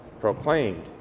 proclaimed